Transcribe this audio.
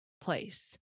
place